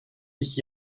dich